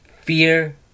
Fear